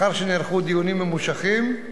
לאחר שנערכו דיונים ממושכים,